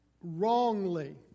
wrongly